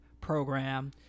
program